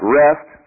rest